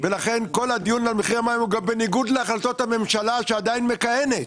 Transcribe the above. לכן כל הדיון על מחיר המים הוא בניגוד להחלטת הממשלה שעדיין מכהנת.